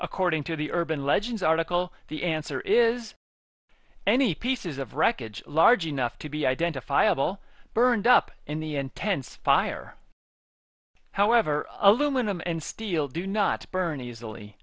according to the urban legends article the answer is any pieces of wreckage large enough to be identifiable burned up in the intense fire however aluminum and steel do not burn easily